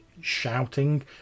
shouting